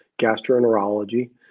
gastroenterology